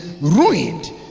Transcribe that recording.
ruined